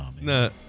No